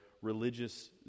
religious